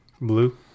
blue